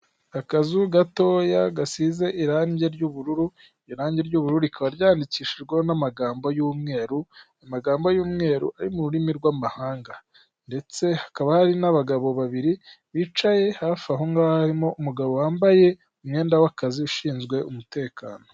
Akazu gatoya gasize irangi ry'ubururu. Irangi ry'uburu rikaba ryandikishijwe n'amagambo y'umweru .Amagambo y'umweru ari mu rurimi rw'amahanga. Ndetse hakaba hari n'abagabo babiri bicaye hafi aho ngaho, harimo umugabo wambaye umwenda w'akazi , ushinzwe umutekano.